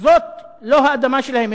זאת לא האדמה שלהם.